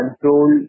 control